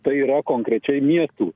tai yra konkrečiai miestų